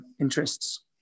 interests